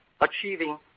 achieving